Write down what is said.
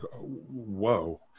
Whoa